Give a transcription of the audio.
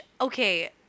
okay